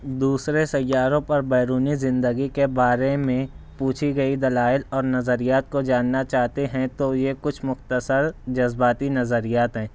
دوسرے سیاروں پر بیرونی زندگی کے بارے میں پوچھی گئی دلائل اور نظریات کو جاننا چاہتے ہیں تو یہ کچھ مختصر جذباتی نظریات ہیں